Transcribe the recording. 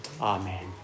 Amen